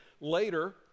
Later